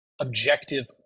objective